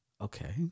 okay